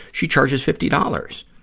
she charges fifty dollars.